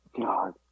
God